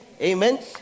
Amen